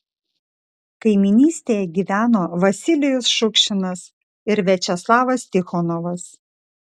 kaimynystėje gyveno vasilijus šukšinas ir viačeslavas tichonovas